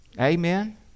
Amen